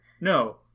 no